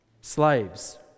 slaves